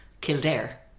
Kildare